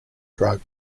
drug